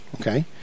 Okay